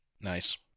Nice